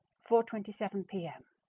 four twenty seven p m.